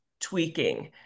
tweaking